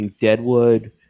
deadwood